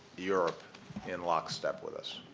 europe in lockstep with us.